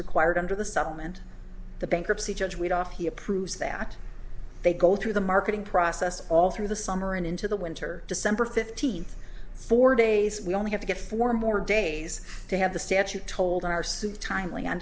required under the supplement the bankruptcy judge would off he approves that they go through the marketing process all through the summer and into the winter december fifteenth four days we only have to get four more days to have the statute told our suit timely on